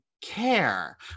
care